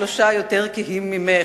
שלושה יותר כהים ממך,